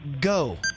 Go